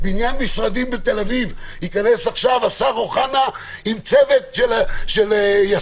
בבניין משרדים בתל אביב ייכנס עכשיו השר אוחנה עם צוות של יס"מ,